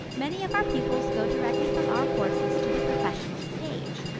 many of our pupils go directly from our courses to the professional stage,